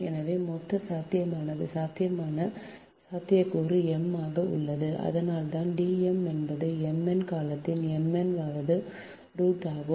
எனவே மொத்த சாத்தியமான சாத்தியக்கூறு m ஆக உள்ளது அதனால்தான் D m என்பது mn காலத்தின் m n வது ரூட் ஆகும்